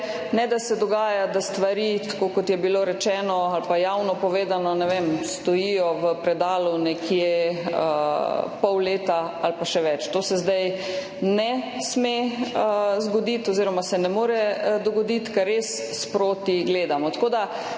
ne da se dogaja, da stvari, tako kot je bilo rečeno ali pa javno povedano, ne vem, stojijo v predalu nekje pol leta ali pa še več. To se zdaj ne sme zgoditi oziroma se ne more dogoditi, ker res sproti gledamo.